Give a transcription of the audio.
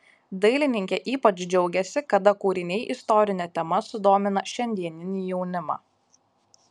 dailininkė ypač džiaugiasi kada kūriniai istorine tema sudomina šiandieninį jaunimą